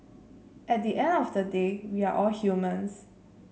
at the end of the day we are all humans